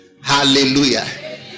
Hallelujah